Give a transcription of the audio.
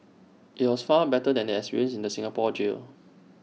IT was far better than the experience in the Singapore jail